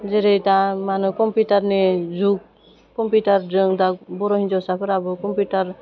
जेरै दा मा होनो कम्पिउटारनि जुग कम्पिउटारजों दा बर' हिन्जावसाफोराबो कम्पिउटार